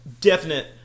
definite